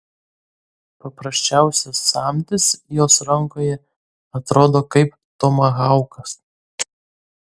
paprasčiausias samtis jos rankoje atrodo kaip tomahaukas